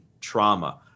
trauma